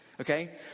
Okay